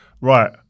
right